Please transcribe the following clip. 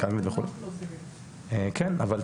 אני לא מדבר על מתמטיקה וכו',